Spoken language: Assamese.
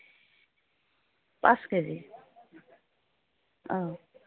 পাঁচ কেজি অঁ